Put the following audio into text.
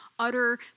utter